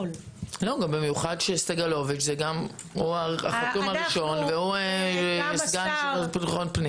במיוחד שסגלוביץ' הוא החתום הראשון והוא סגן השר לביטחון הפנים.